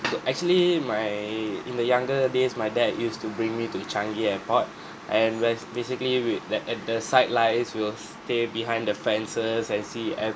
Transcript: the actually my in the younger days my dad used to bring me to changi airport and where's basically we that at the side lines we'll stay behind the fences and see every